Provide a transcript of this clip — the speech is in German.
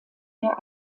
der